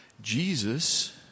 Jesus